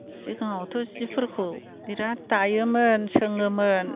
सिगाङावथ' सिफोरखौ बिराद दायोमोन सोङोमोन